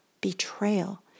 betrayal